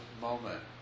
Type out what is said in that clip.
moment